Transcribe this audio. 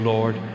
Lord